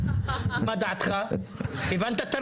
אומרת,